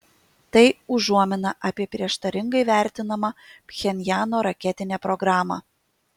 tai užuomina apie prieštaringai vertinamą pchenjano raketinę programą